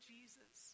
Jesus